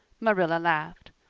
marilla laughed.